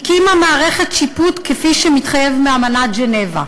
הקימה מערכת שיפוט כפי שמתחייב מאמנת ז'נבה,